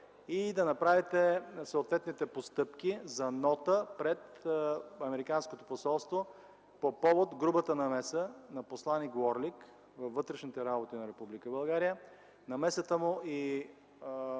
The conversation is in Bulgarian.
и да направите съответните постъпки за нота пред американското посолство по повод грубата намеса на посланик Уорлик във вътрешните работи на